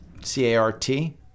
C-A-R-T